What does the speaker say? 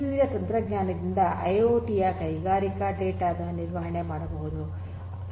ಈ ವಿವಿಧ ತಂತ್ರಜ್ಞಾನದಿಂದ ಐಐಓಟಿ ಯ ಕೈಗಾರಿಕಾ ಡೇಟಾ ದ ನಿರ್ವಹಣೆ ಮಾಡಬಹುದು